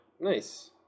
nice